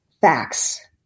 facts